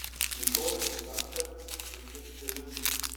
išorinis dantratis su trim cilindrais